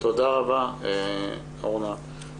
תודה רבה, אורנה.